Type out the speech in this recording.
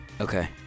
Okay